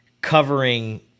covering